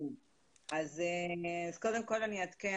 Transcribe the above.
קודם כל אני אעדכן.